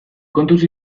kontuz